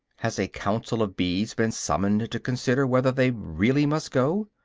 has a council of bees been summoned to consider whether they really must go?